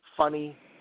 Funny